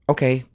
Okay